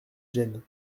gêne